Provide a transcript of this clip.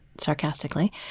sarcastically